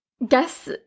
guess